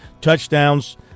touchdowns